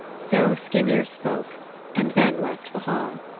so skyrmir spoke and then left the hall.